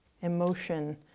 emotion